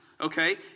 okay